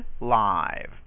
live